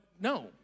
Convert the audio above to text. no